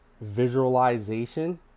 visualization